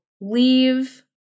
leave